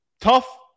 tough